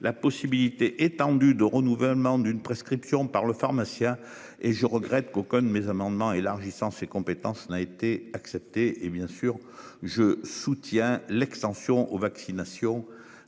La possibilité étendue de renouvellement d'une prescription par le pharmacien et je regrette coconne mais amendements élargissant ses compétences n'a été accepté et bien sûr je soutiens l'extension aux vaccinations